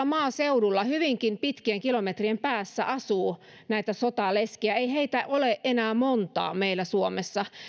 maaseudulla hyvinkin pitkien kilometrien päässä asuu näitä sotaleskiä ei heitä ole enää montaa meillä suomessa